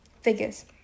Figures